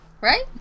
Right